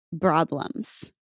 problems